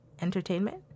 Entertainment